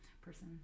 person